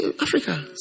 Africa